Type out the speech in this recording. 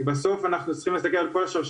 כי בסופו של דבר אנחנו צריכים להסתכל על כל השרשרת,